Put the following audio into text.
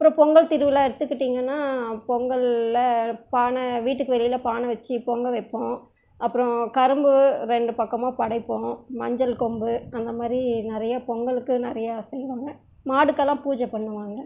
அப்புறம் பொங்கல் திருவிழா எடுத்துக்கிட்டிங்கன்னா பொங்கலில் பானை வீட்டுக்கு வெளியில் பானை வச்சு பொங்கல் வைப்போம் அப்றம் கரும்பு ரெண்டு பக்கமும் படைப்போம் மஞ்சள் கொம்பு அந்தமாதிரி நிறைய பொங்கலுக்கு நிறைய செய்வோம்ங்க மாடுகளெல்லாம் பூஜை பண்ணுவோம்ங்க